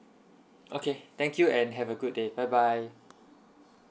okay thank you and have a good day bye bye